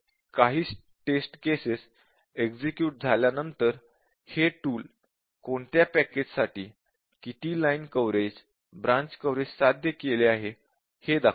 काही test cases execute झाल्यानंतर हे टूल कोणत्या पॅकेजसाठी किती लाइन कव्हरेज ब्रांच कव्हरेज साध्य केले आहे हे दाखवते